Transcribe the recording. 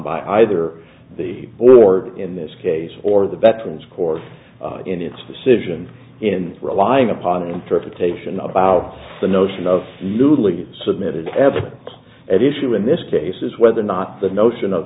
by either the board in this case or the veterans court in its decision in relying upon an interpretation about the notion of newly submitted evidence at issue in this case is whether or not the notion of